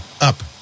up